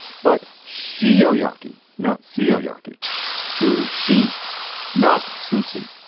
but she yo yorkie not seal yorkie sushi she not sushi.